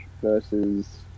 versus